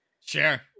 sure